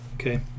Okay